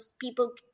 people